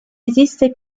esiste